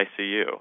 ICU